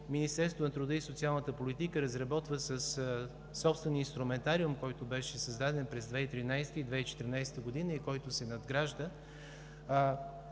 Министерството на труда и социалната политика разработва със собствен инструментариум, който беше създаден през 2013 и 2014 г. и който се надгражда,